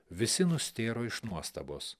visi nustėro iš nuostabos